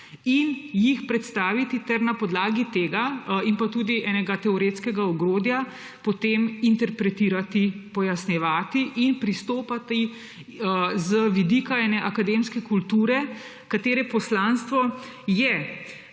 in jih predstaviti ter na podlagi tega in pa tudi enega teoretskega ogrodja potem interpretirati, pojasnjevati in pristopati z vidika ene akademske kulture, katere poslanstvo je,